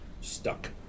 stuck